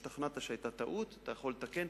השתכנעת שהיתה טעות, אתה יכול לתקן.